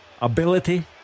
Ability